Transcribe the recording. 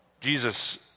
Jesus